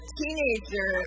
teenager